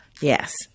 Yes